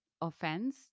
offense